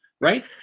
right